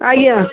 ଆଜ୍ଞା